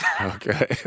Okay